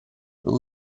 who